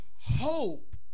hope